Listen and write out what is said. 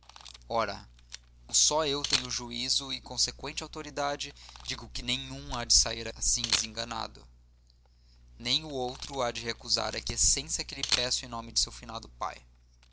só eu tenho juízo e conseqüente autoridade digo que nem um há de sair assim desenganado nem o outro há de recusar a aquiescência que lhe peço em nome de seu finado pai